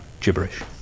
gibberish